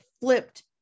flipped